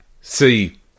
see